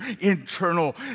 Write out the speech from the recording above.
internal